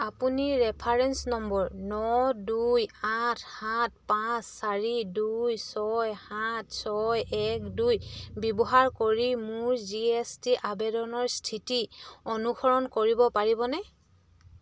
আপুনি reference number ন দুই আঠ সাত পাঁচ চাৰি দুই ছয় সাত ছয় এক দুই ব্যৱহাৰ কৰি মোৰ জি এছ টি আবেদনৰ স্থিতি অনুসৰণ কৰিব পাৰিবনে